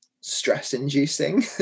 stress-inducing